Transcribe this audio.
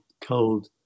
cold